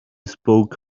spoke